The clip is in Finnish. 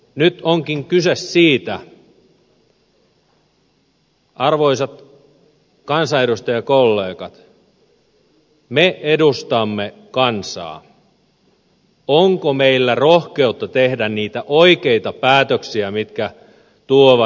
nyt onkin kyse siitä arvoisat kansanedustajakollegat me edustamme kansaa onko meillä rohkeutta tehdä niitä oikeita päätöksiä mitkä tuovat oikean tuloksen